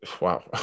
Wow